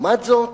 לעומת זאת,